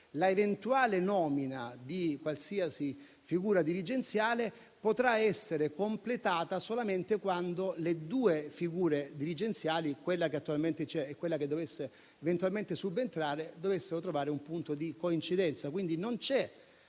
l'eventuale nomina di qualsiasi figura dirigenziale potrà essere completata solamente quando le due figure dirigenziali - quella che attualmente c'è e quella che dovesse eventualmente subentrare - troveranno un punto di coincidenza. Quindi non c'è